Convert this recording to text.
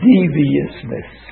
Deviousness